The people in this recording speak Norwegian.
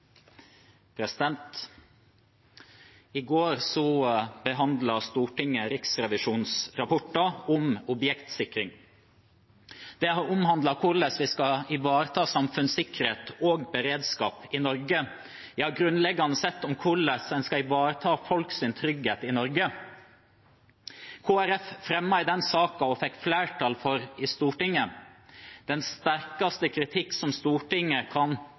I går behandlet Stortinget Riksrevisjonens rapport om objektsikring. Det omhandlet hvordan vi skal ivareta samfunnssikkerhet og beredskap i Norge, ja grunnleggende sett om hvordan en skal ivareta folks trygghet i Norge. Kristelig Folkeparti fremmet i den saken og fikk flertall i Stortinget for den sterkeste kritikk som Stortinget kan